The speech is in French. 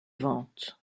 ventes